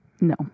No